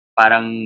parang